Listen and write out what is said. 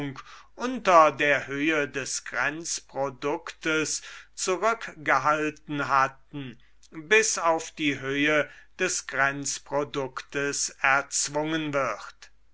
unter der höhe des grenzproduktes zurückgehalten hatten bis auf die höhe des grenzproduktes erzwungen wird